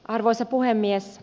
arvoisa puhemies